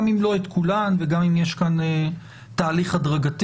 גם אם לא את כולן וגם אם יש כאן תהליך הדרגתי.